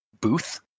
booth